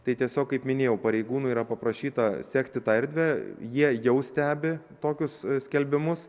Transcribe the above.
tai tiesiog kaip minėjau pareigūnų yra paprašyta sekti tą erdvę jie jau stebi tokius skelbimus